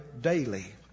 daily